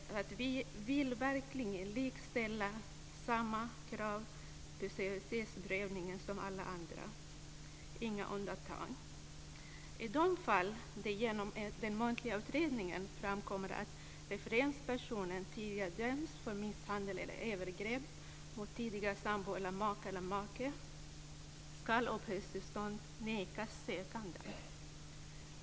Vi vill verkligen likställa detta, och vi vill ställa samma krav på seriositetsprövningen som alla andra. Det finns inga undantag. I de fall som det genom den muntliga utredningen framkommer att referenspersonen tidigare dömts för misshandel eller övergrepp mot tidigare sambo, maka eller make ska uppehållstillstånd nekas sökanden.